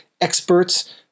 experts